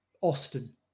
Austin